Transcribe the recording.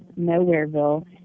Nowhereville